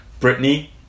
britney